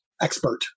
expert